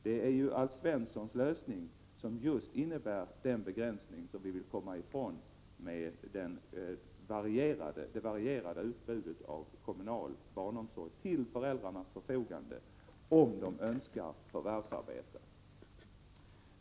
Det är ju Alf Svenssons lösning som innebär just den begränsning som vi vill komma ifrån, med det varierade utbudet av kommunal barnomsorg som står till förfogande för föräldrar som önskar förvärvsarbete.